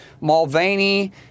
Mulvaney